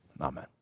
Amen